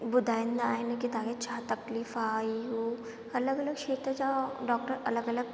ॿुधाईंदा आहिनि की तव्हांखे छा तकलीफ़ आहे हीअ हूअ अलॻि अलॻि खेत्र जा डॉक्टर अलॻि अलॻि